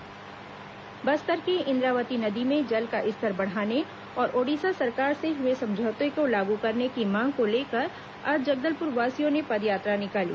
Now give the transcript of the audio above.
इंद्रावती बचाओ अभियान बस्तर की इंद्रावती नदी में जल का स्तर बढ़ाने और ओडिशा सरकार से हुए समझौते को लागू करने की मांग को लेकर आज जगदलपुरवासियों ने पदयात्रा निकाली